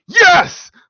yes